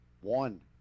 One